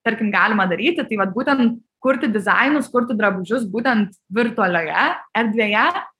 tarkim galima daryti tai vat būten kurti dizainus kurti drabužius būtent virtualioje erdvėje